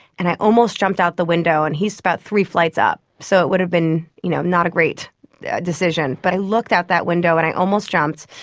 and i almost jumped out the window, and he is about three flights up, so it would have been you know not a great decision. but i looked out that window and i almost jumped.